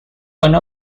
one